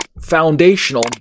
foundational